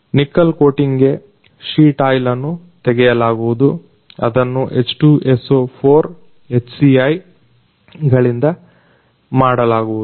nickel ಕೋಟಿಂಗ್ಗೆ sheet oil ಅನ್ನು ತೆಗೆಯಲಾಗುವುದು ಅದನ್ನ H2So4 HCl ಗಳಿಂದ ಮಾಡಲಾಗುವುದು